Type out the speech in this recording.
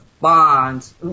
bonds